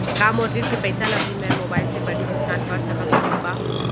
का मोर ऋण के पइसा ल भी मैं मोबाइल से पड़ही भुगतान कर सकत हो का?